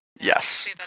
Yes